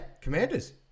Commanders